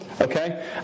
Okay